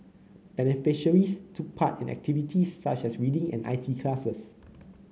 beneficiaries took part in activities such as reading and I T classes